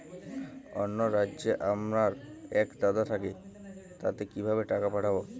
অন্য রাজ্যে আমার এক দাদা থাকে তাকে কিভাবে টাকা পাঠাবো?